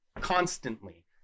constantly